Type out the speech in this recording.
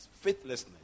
Faithlessness